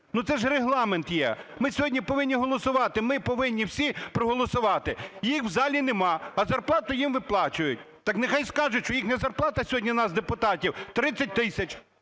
Ну, це ж Регламент є. Ми сьогодні повинні голосувати, ми повинні всі проголосувати. Їх в залі нема, а зарплату їм виплачують. Так нехай скажуть, що їхня зарплата сьогодні у нас депутатів 30 тисяч.